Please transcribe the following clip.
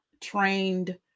trained